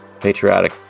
Patriotic